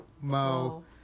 Mo